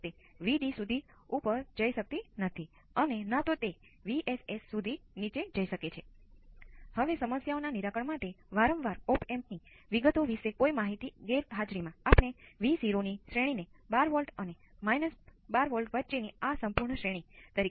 તેથી તે આ બનશે